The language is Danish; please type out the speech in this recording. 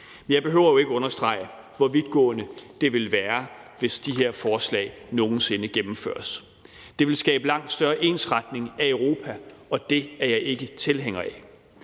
Jeg behøver ikke at understrege, hvor vidtgående det vil være, hvis de her forslag nogen sinde gennemføres. Det vil skabe langt større ensretning af Europa, og det er jeg ikke tilhænger af.